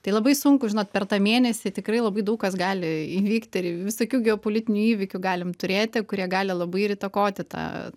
tai labai sunku žinot per tą mėnesį tikrai labai daug kas gali įvykti ir visokių geopolitinių įvykių galim turėti kurie gali labai ir įtakoti tą